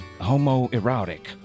homoerotic